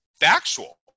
Factual